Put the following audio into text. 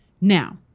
Now